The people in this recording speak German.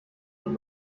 und